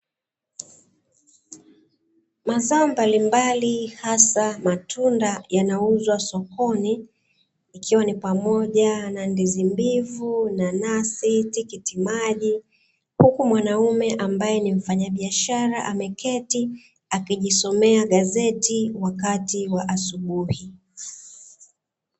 Mazao mbalimbali hasa matunda yanauzwa sokoni ikiwa ni pamoja na ndizi mbivu, nanasi, tikiti maji, huku mfanyabiashara mmoja ameketi huku akijisomea gazeti wakati wa asubuhi.